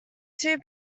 two